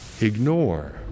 ignore